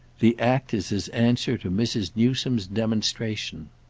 the act is his answer to mrs. newsome's demonstration.